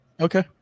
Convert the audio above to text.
Okay